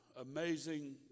amazing